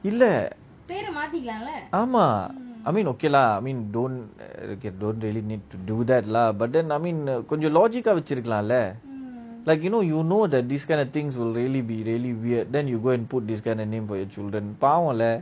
இல்ல ஆமா:illa ama I mean okay lah I mean don't okay don't really need to do that lah but then I mean கொஞ்சம்:konjam logic eh வெச்சி இருக்கோம்ல:vechi irukomla like you know you know that this kind of things will really be really weird then you go and put this kind of name for your children பாவம்ல:paavamla